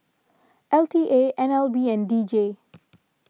l T A N L B and D J